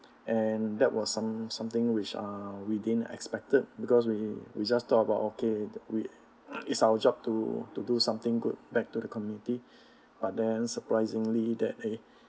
and that was some~ something which uh we din expected because we we just talk about okay we we it's our job to to do something good back to the community but then surprisingly that day